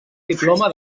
diploma